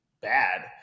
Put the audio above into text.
bad